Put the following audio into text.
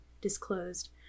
disclosed